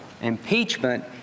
Impeachment